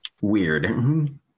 weird